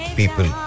people